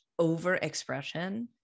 overexpression